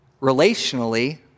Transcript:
Relationally